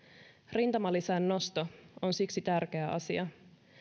rintamalisän nosto on siksi tärkeä asia